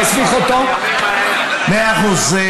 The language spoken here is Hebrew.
מאה אחוז.